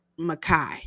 Makai